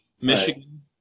Michigan